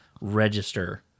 register